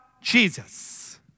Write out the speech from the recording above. Jesus